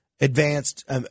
advanced